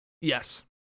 Yes